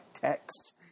text